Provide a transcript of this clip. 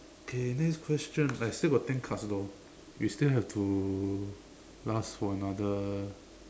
okay next question I still got ten cards though you still have to last for another